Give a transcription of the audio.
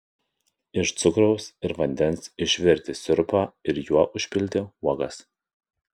iš cukraus ir vandens išvirti sirupą ir juo užpilti uogas